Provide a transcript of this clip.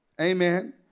Amen